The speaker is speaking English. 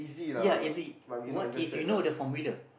ya is if you know the formula